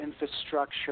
infrastructure